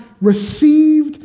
received